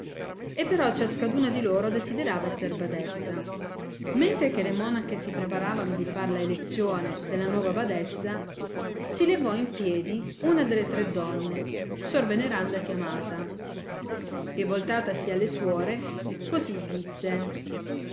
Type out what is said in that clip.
e però ciascaduna di loro desiderava esser badessa mentre che le monache si preparavano di far la elezzione della nuova badessa si levò in piedi una delle tre donne suor veneranda chiamata e voltatasi alle suore cosi disse